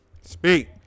Speak